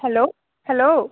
hello hello